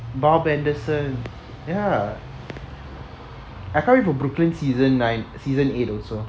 bob anderson ya I can't wait for brooklyn season nine season eight also